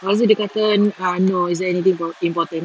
lepas tu dia kata ah no is there anything im~ important